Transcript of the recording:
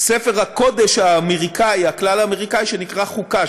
ספר הקודש הכלל-אמריקני שנקרא "חוקה",